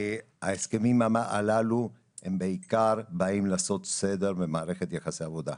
ההסכמים הללו בעיקר באים לעשות סדר במערכת יחסי עבודה.